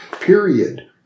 period